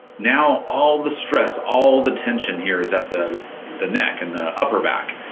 now all the stress, all the tension here, is at the the neck and the upper back.